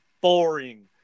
boring